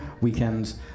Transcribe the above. weekends